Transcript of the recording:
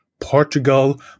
Portugal